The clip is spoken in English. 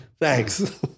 Thanks